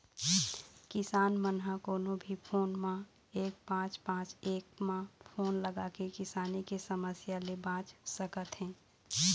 किसान मन ह कोनो भी फोन म एक पाँच पाँच एक नंबर म फोन लगाके किसानी के समस्या ले बाँच सकत हे